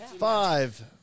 Five